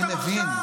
אני מבין,